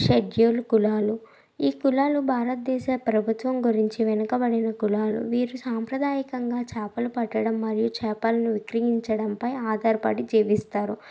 schedule కులాలు ఈ కులాలు భారతదేశ ప్రభుత్వం గురించి వెనుకబడిన కులాలు వీరు సాంప్రదాయకంగా చేపలు పట్టడం మరియు చేపలును విక్రయించడంపై ఆధారపడి జీవిస్తారు